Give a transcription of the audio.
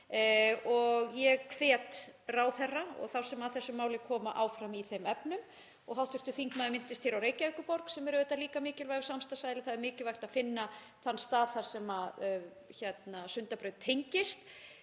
og ég hvet ráðherra og þá sem að þessu máli koma áfram í þeim efnum. Hv. þingmaður minntist á Reykjavíkurborg, sem er auðvitað líka mikilvægur samstarfsaðili. Það er mikilvægt að finna þann stað þar sem Sundabraut tengist